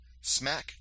Smack